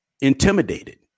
intimidated